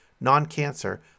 non-cancer